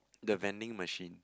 the vending machine